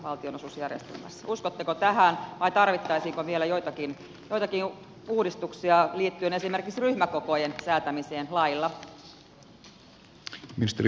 uskotteko tähän vai tarvittaisiinko vielä joitakin uudistuksia liittyen esimerkiksi ryhmäkokojen säätämiseen lailla